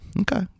Okay